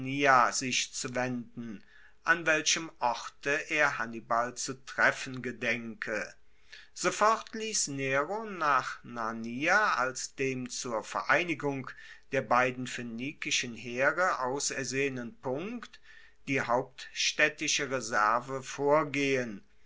sich zu wenden an welchem orte er hannibal zu treffen gedenke sofort liess nero nach narnia als dem zur vereinigung der beiden phoenikischen heere ausersehenen punkt die hauptstaedtische reserve vorgehen